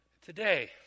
Today